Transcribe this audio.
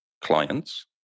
clients